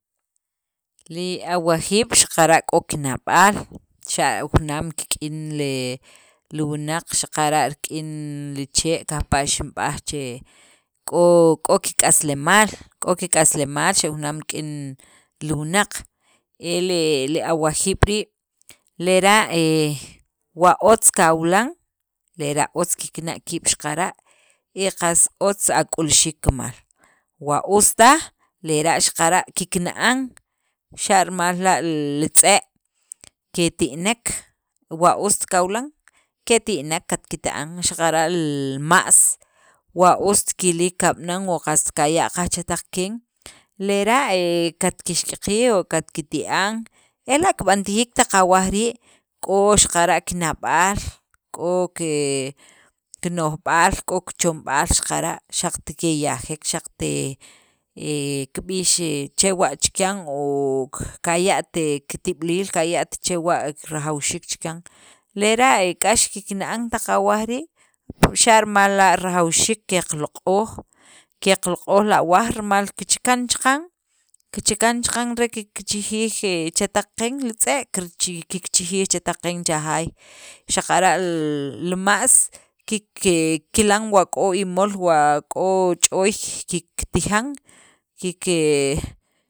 Li awajiib' xaqara' k'o kina'b'aal xa' junaam kik'in le l wunaq xaqara' kik'in li chee' kajpa' xinb'ak k'o kik'aslemaal xa' junaam kik'in li wunaq, el awajiib' rii' wa lera' he wa otz kawilan, lera' otz kikna' kiib' xaqara' y qas otz kik'ulxiik kimal y wa os taj lera' xaqara' kikna'an, xa'rimal la' li tz'e' keti'nek wa ust kawilan keti'nek, katkiti'an xaqara' li ma's wa ost kiliik kab'anan, wa qast kaya' qaj chetaq keen lera' he katkixk'iyij o katkiti'an ela' b'antajiik taq awaj rii' k'o xaqara' kina'ba'al, k'o ke kino'jb'aal, k'o kichomb'aal xaqara' xaqt keya'jek xaqt he he kib'ix chewa' chikyan, o kaya't kitib'iliil, kaya't chewa' rajawxiik chikyan, lera' k'ax kikna'an taq awaj rii', xa' rimal la' rajawxiik qeq loq'oj, qeloq'oj li awaj, rimal kichakan chaqan, kichakan chaqan re kikchijij chetaq qeen, li tz'e' kiar kirchijij chetaq qeen cha taq qachan xaqara' li ma's kikilan wa k'o imol, wa k'o ch'ooy kiktijan, kike.